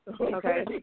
Okay